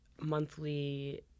monthly